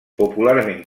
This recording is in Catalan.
popularment